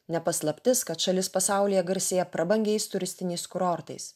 ne paslaptis kad šalis pasaulyje garsėja prabangiais turistiniais kurortais